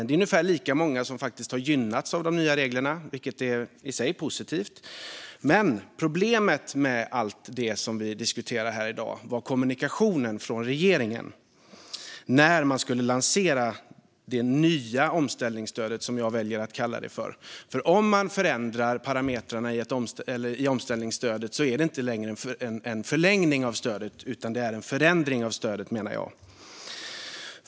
Det är ungefär lika många som faktiskt har gynnats av de nya reglerna, vilket i sig är positivt. Men problemet med allt det som vi diskuterar här i dag är kommunikationen från regeringen när man skulle lansera det som jag väljer att kalla för det nya omställningsstödet. När man förändrar parametrarna i omställningsstödet är det inte längre en förlängning av stödet utan en förändring av det.